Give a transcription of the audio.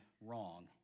wrong